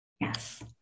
Yes